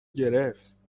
گرفت